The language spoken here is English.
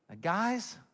Guys